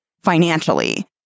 financially